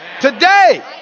Today